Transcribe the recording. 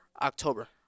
October